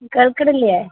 കേൾക്കുന്നില്ലേ